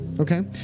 Okay